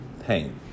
pain